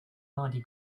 mardi